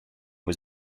was